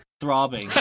throbbing